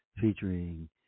featuring